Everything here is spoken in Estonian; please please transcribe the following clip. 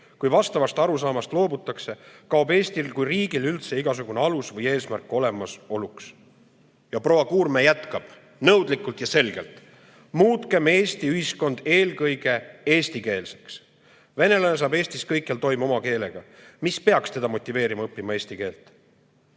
Kui vastavast arusaamast loobutakse, kaob Eestil kui riigil üldse igasugune alus või eesmärk olemasoluks." Ja proua Kuurme jätkab nõudlikult ja selgelt: "Muutkem Eesti ühiskond eelkõige eestikeelseks. Venelane saab Eestis kõikjal toime oma keelega. Mis peaks teda motiveerima õppima eesti keelt?"